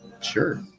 Sure